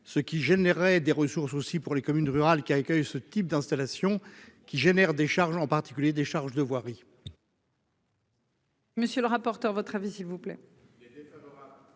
ce qui générait des ressources aussi pour les communes rurales qui accueille ce type d'installation qui génère des charges en particulier des charges de voirie.